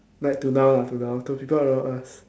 like to now lah to now to people around us